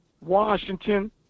Washington